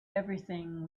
everything